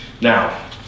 Now